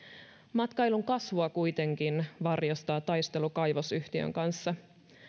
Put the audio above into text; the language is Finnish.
matkailun kasvua kuitenkin varjostaa taistelu kaivosyhtiön kanssa